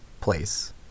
place